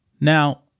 Now